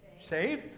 safe